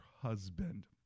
husband